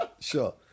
Sure